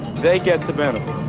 they get the benefit,